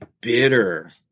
bitter